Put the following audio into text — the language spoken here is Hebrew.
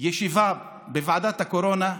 ישיבה בוועדת הקורונה,